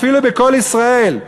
אפילו ב"קול ישראל",